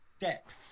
depth